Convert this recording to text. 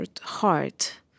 heart